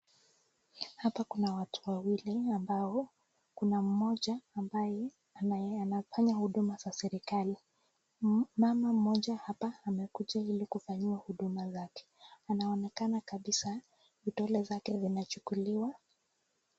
Hapa Kuna watu wawili ambao Kuna mmoja ambaye anafanya huduma za serikali, mama Moja hapa amekuja hili kufanyawa huduma zake, anaonekana kabisa vidole zake zinachukuliwa.